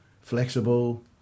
Flexible